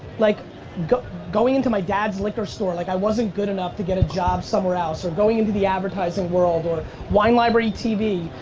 like going into my dad's liquor store like i wasn't good enough to get a job somewhere else. or going into the advertising world, or wine library tv.